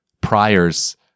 priors